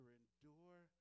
endure